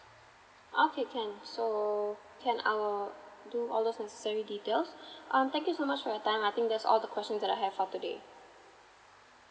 okay can so can I'll do all those necessary details um thank you so much for your time I think that's all the questions that I have for today